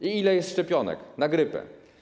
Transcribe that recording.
Ile jest szczepionek na grypę?